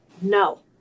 no